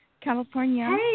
California